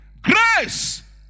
Grace